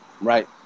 Right